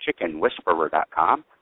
chickenwhisperer.com